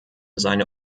seine